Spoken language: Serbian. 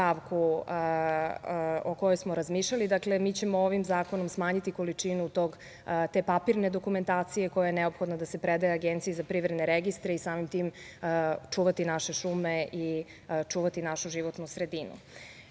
o kojoj smo razmišljali. Dakle, mi ćemo ovim zakonom smanjiti količinu te papirne dokumentacije, koja je neophodna da se predaje Agenciji za privredne registre i samim tim čuvati naše šume i čuvati našu životnu sredinu. Takođe,